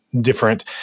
different